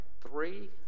three